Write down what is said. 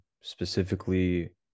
specifically